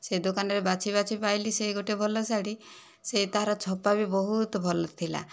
ସେ ଦୋକାନରେ ବାଛି ବାଛି ପାଇଲି ସେହି ଗୋଟିଏ ଭଲ ଶାଢ଼ୀ ସେ ତାହାର ଛପାବି ବହୁତ ଭଲ ଥିଲା